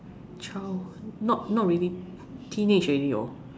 childhood not not really teenage already hor